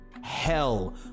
hell